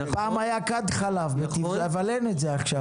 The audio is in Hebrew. פעם היה כד חלב, אבל אין את זה עכשיו.